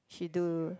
she do